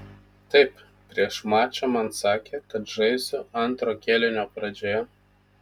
taip prieš mačą man sakė kad žaisiu antro kėlinio pradžioje